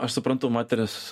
aš suprantu moteris